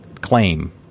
claim